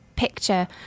picture